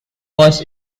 was